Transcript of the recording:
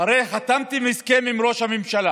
הרי חתמתם על הסכם עם ראש הממשלה.